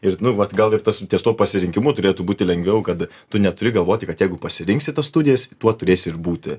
ir nu vat gal ir tas ties tuo pasirinkimu turėtų būti lengviau kad tu neturi galvoti kad jeigu pasirinksi tas studijas tuo turėsi ir būti